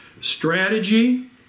Strategy